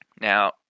Now